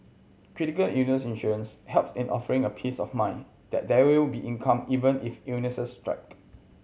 critical illness insurance help in offering a peace of mind that there will be income even if illnesses strike